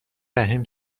رحم